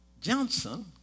Johnson